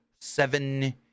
Seven